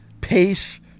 pace